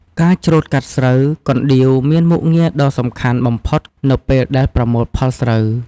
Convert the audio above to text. ការច្រូតកាត់ស្រូវ កណ្ដៀវមានមុខងារដ៏សំខាន់បំផុតនៅពេលដែលប្រមូលផលស្រូវ។